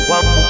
One